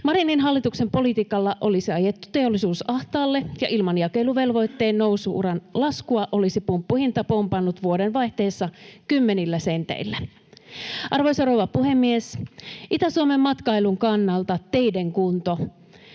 Marinin hallituksen politiikalla olisi ajettu teollisuus ahtaalle, ja ilman jakeluvelvoitteen nousu-uran laskua olisi pumppuhinta pompannut vuodenvaihteessa kymmenillä senteillä. Arvoisa rouva puhemies! Itä-Suomen matkailun kannalta teiden hyvä